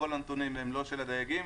כל הנתונים הם לא של הדייגים,